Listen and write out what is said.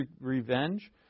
revenge